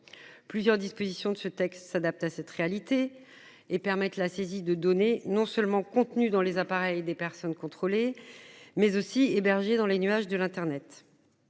Plusieurs dispositions de ce texte s'adapte à cette réalité et permettent la saisie de données non seulement contenu dans les appareils des personnes contrôlées mais aussi hébergées dans les nuages de l'Internet.